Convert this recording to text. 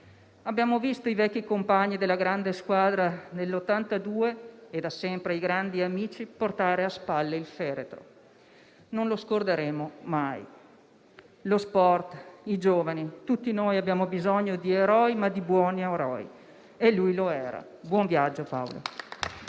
Abbiamo visto i vecchi compagni della grande squadra del 1982 e i grandi amici di sempre portare a spalle il feretro. Non lo scorderemo mai. Lo sport, i giovani e tutti noi abbiamo bisogno di buoni eroi e lui lo era. Buon viaggio, Paolo!